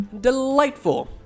delightful